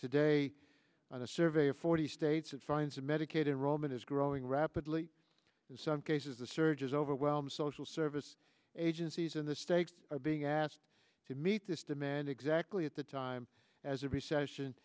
today on the survey of forty states it finds that medicaid in roman is growing rapidly in some cases the surge is overwhelmed social service agencies in the states are being asked to meet this demand exactly at the time as a recession